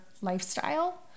lifestyle